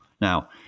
Now